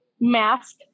mask